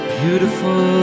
beautiful